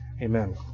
amen